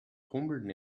hummeln